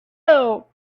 jail